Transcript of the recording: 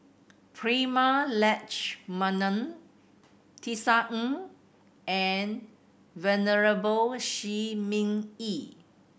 Prema Letchumanan Tisa Ng and Venerable Shi Ming Yi